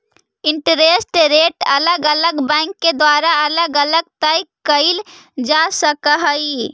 interest rate अलग अलग bank के द्वारा अलग अलग तय कईल जा सकऽ हई